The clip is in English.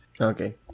Okay